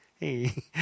Hey